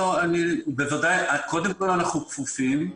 קודם כל, אנחנו כפופים.